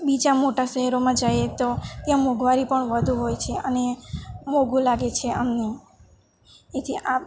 બીજા મોટા શહેરોમાં જઈએ તો ત્યાં મોંઘવારી પણ વધુ હોય છે અને મોંઘું લાગે છે અમને એથી આ